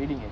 reading it